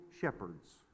shepherds